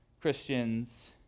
Christians